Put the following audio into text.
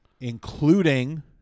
including